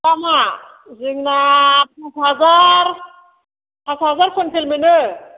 दामआ जोंना पास हाजार पास हाजार कुइन्टेल मोनो